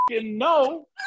No